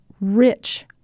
rich